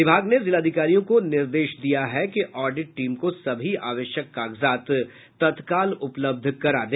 विभाग ने जिलाधिकारियों को निर्देश दिया है कि ऑडिट टीम को सभी आवश्यक कागजात तत्काल उपलब्ध करा दे